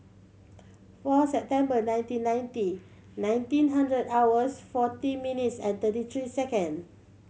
four September nineteen ninety nineteen hundred hours forty minutes and thirty three second